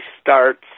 starts